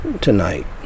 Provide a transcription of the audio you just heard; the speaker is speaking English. tonight